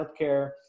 healthcare